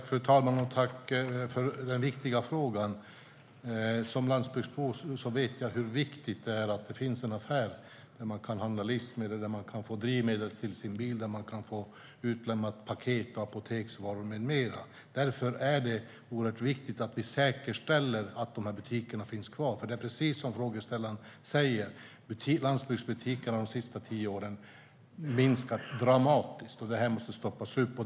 Fru talman! Tack för den viktiga frågan! Som landsbygdsbo vet jag hur viktigt det är att det finns en affär där man kan handla livsmedel, få drivmedel till sin bil och paket och apoteksvaror utlämnade med mera. Därför är det oerhört viktigt att vi säkerställer att dessa butiker finns kvar, för det är precis som frågeställaren säger: Landsbygdsbutikernas antal har de senaste tio åren minskat dramatiskt, och detta måste stoppas.